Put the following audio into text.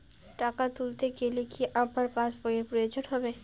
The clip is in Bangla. টাকা তুলতে গেলে কি আমার পাশ বইয়ের প্রয়োজন হবে?